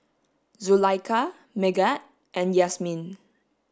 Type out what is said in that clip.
Zulaikha Megat and Yasmin